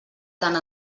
tant